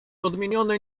odmieniony